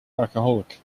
alcoholic